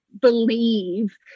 believe